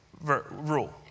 rule